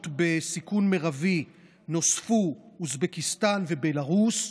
בסיכון מרבי נוספו אוזבקיסטן ובלרוס,